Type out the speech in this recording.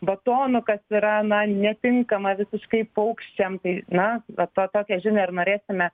batonu kas yra na netinkama visiškai paukščiam tai na va to tokią žinią ir norėsime